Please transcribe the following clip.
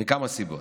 מכמה סיבות.